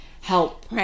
help